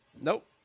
Nope